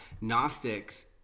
gnostics